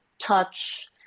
touch